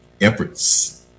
efforts